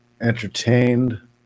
entertained